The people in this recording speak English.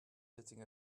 sitting